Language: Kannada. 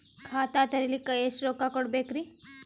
ಖಾತಾ ತೆರಿಲಿಕ ಎಷ್ಟು ರೊಕ್ಕಕೊಡ್ಬೇಕುರೀ?